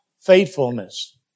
faithfulness